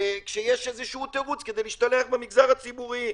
באיזה תירוץ כדי להשתלח במגזר הציבורי.